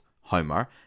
Homer